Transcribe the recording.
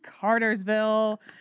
Cartersville